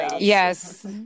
Yes